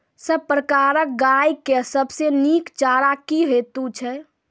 सब प्रकारक गाय के सबसे नीक चारा की हेतु छै?